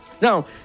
Now